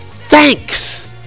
Thanks